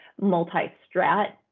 multi-strat